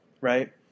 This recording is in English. right